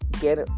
get